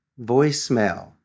voicemail